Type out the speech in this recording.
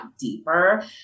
deeper